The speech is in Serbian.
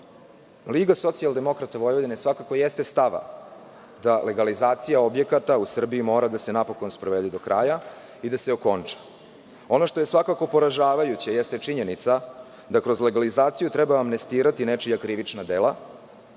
bih rekao da LSV jeste svakako stava da legalizacija objekata u Srbiji mora da se napokon sprovede do kraja i da se okonča. Ono što je svakako poražavajuće jeste činjenica da kroz legalizaciju treba amnestirati nečija krivična dela